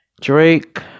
Drake